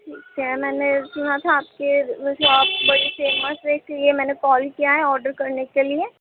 ٹھیک ہے میں نے سُنا تھا آپ کے شاپ بڑی فیمس ہے اِس لیے میں نے کال کیا ہے آڈر کرنے کے لیے